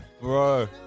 Bro